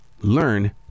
Learn